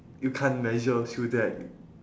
you can't measure through that